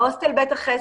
בהוסטל 'בית החסד'